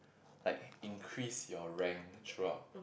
like increase your rank throughout